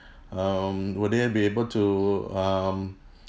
um would they be able to um